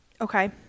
okay